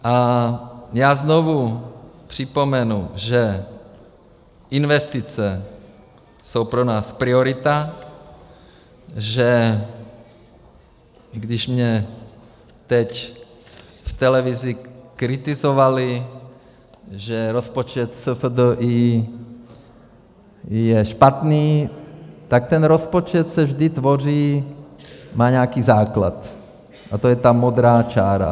A já znovu připomenu, že investice jsou pro nás priorita, že když mě teď v televizi kritizovali, že rozpočet SFDI je špatný, tak ten rozpočet se vždy tvoří, má nějaký základ, a to je ta modrá čára.